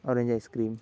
orange ice cream